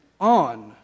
on